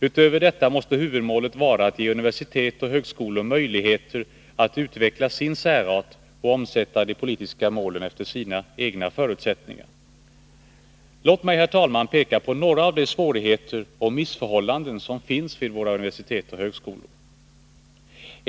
Utöver detta måste huvudmålet vara att ge universitet och högskolor möjligheter att utveckla sin särart och omsätta de politiska målen efter sina egna förutsättningar. Låt mig, herr talman, peka på några av de svårigheter och missförhållanden som finns vid våra universitet och högskolor.